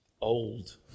old